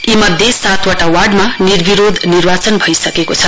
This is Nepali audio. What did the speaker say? यी मध्ये सातवटा वार्डमा निर्विरोध निर्वाचन भइसकेको छ